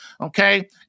Okay